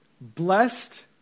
blessed